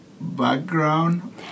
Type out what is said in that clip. background